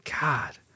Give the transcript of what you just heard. God